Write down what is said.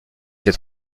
ces